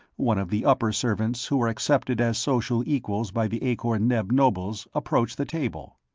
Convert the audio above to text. one of the upper-servants who were accepted as social equals by the akor-neb nobles, approached the table.